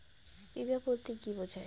বিমা বলতে কি বোঝায়?